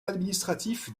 administratif